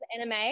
anime